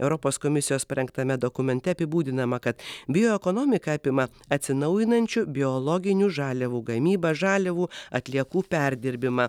europos komisijos parengtame dokumente apibūdinama kad bioekonomiką apima atsinaujinančių biologinių žaliavų gamybą žaliavų atliekų perdirbimą